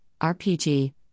RPG